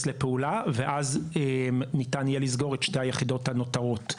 לפעולה ואז ניתן יהיה לסגור את שתי היחידות הנותרות.